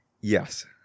Yes